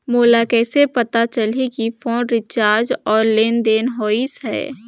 मोला कइसे पता चलही की फोन रिचार्ज और लेनदेन होइस हे?